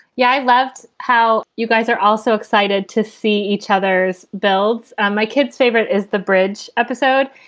yeah i loved how you guys are also excited to see each other's bells. and my kids favorite is the bridge episode.